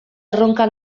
erronka